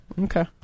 Okay